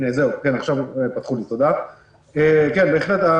כן, בהחלט.